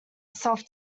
self